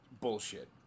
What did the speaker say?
Bullshit